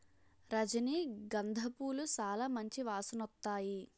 రజనీ గంధ పూలు సాలా మంచి వాసనొత్తాయి